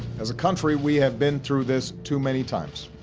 as a country, we have been through this too many times.